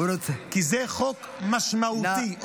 כי זה חוק משמעותי.